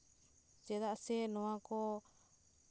ᱪᱮᱫᱟᱜ ᱥᱮ ᱱᱚᱣᱟ ᱠᱚ